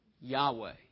Yahweh